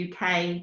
UK